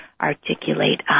articulate